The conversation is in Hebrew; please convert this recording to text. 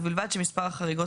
ובלבד שמספר החריגות,